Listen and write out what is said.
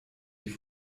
die